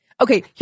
Okay